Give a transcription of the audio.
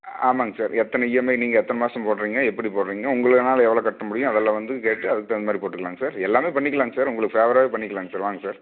ஆமாம்ங்க சார் எத்தனை ஈஎம்ஐ நீங்கள் எத்தனை மாதம் போடுறீங்க எப்படி போடுறீங்க உங்கனால எவ்வளோ கட்ட முடியும் அதெல்லாம் வந்து கேட்டு அதுக்கு தவுந்தமாதிரி போட்டுக்குலாங்க சார் எல்லாமே பண்ணிக்கலாங்க சார் உங்களுக்கு ஃபேவராகவே பண்ணிக்கலாங்க சார் வாங்க சார்